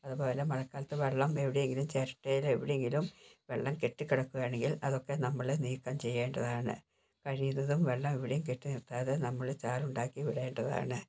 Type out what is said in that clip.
അത്പോലെ മഴക്കാലത്ത് വെള്ളം എവിടെങ്കിലും ചിരട്ടയില് എവിടേങ്കിലും വെള്ളം കെട്ടി കിടക്കുവാണെങ്കിൽ അതൊക്കെ നമ്മള് നീക്കം ചെയ്യേണ്ടതാണ് കഴിയുന്നതും വെള്ളം എവിടെയും കെട്ടി നിൽക്കാതെ നമ്മള് ചാലുണ്ടാക്കി വിടേണ്ടതാണ്